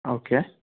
okay